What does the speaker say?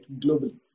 Globally